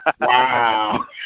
Wow